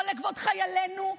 לא לכבוד חיילינו,